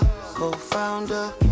co-founder